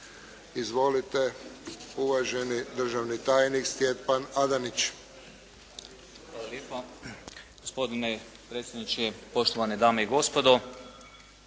Izvolite. Uvaženi državni tajnik Stjepan Adanić. **Adanić, Stjepan** Hvala lijepa. Gospodine predsjedniče, poštovane dame i gospodo,